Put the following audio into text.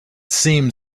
seemed